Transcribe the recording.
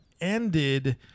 ended